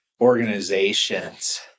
organizations